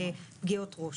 ופגיעות ראש.